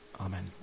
Amen